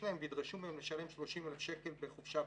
שלהם וידרשו מהם לשלם 30,000 שקל בחופשה בישראל.